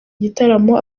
igitaramo